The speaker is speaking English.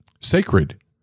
sacred